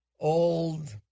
old